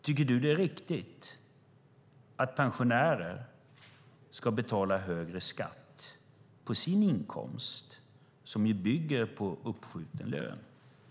Tycker du att det är riktigt att pensionärer ska betala högre skatt på sin inkomst som ju bygger på uppskjuten lön?